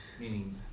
Meaning